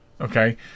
Okay